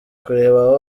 kureba